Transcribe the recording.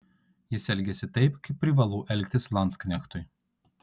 jis elgėsi taip kaip privalu elgtis landsknechtui